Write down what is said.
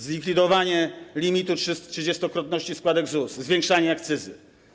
Zlikwidowanie limitu trzydziestokrotności składek ZUS, zwiększanie akcyzy.